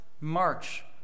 march